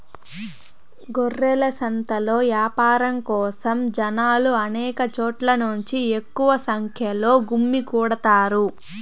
గొర్రెల సంతలో యాపారం కోసం జనాలు అనేక చోట్ల నుంచి ఎక్కువ సంఖ్యలో గుమ్మికూడతారు